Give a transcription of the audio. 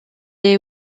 est